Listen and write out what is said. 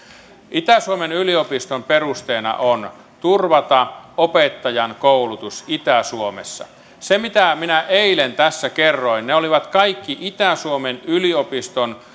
itä suomen yliopiston perusteena on turvata opettajankoulutus itä suomessa ne mistä minä eilen tässä kerroin olivat kaikki itä suomen yliopiston